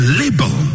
label